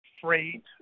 freight